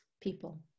people